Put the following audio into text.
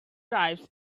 drives